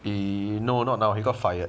he no not now he got fired